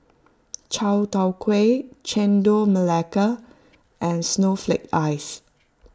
Chai Tow Kuay Chendol Melaka and Snowflake Ice